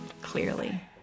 clearly